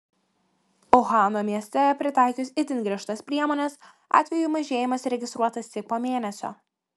uhano mieste pritaikius itin griežtas priemones atvejų mažėjimas registruotas tik po mėnesio